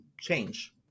change